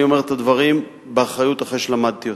אני אומר את הדברים באחריות, אחרי שלמדתי אותם.